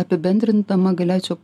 apibendrindama galėčiau